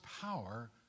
power